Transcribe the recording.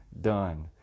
done